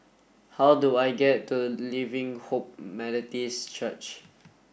how do I get to Living Hope Methodist Church